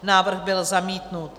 Návrh byl zamítnut.